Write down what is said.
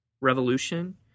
revolution